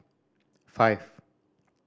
five